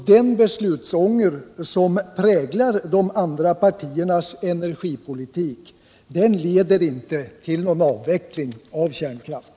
Den beslutsångest som präglar de andra partiernas energipolitik leder inte till någon avveckling av kärnkraften.